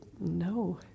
no